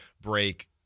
break